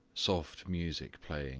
soft music playing